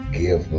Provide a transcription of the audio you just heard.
give